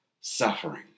suffering